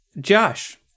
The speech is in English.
Josh